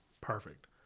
perfect